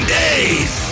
days